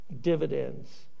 dividends